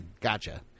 gotcha